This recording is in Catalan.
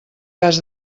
cas